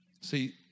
See